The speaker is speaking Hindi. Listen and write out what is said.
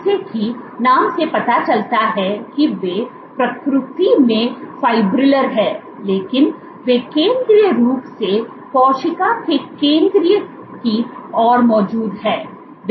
जैसा कि नाम से पता चलता है कि वे प्रकृति में फाइब्रिलर हैं लेकिन वे केंद्रीय रूप से कोशिका के केंद्र की ओर मौजूद हैं